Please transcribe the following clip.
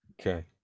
Okay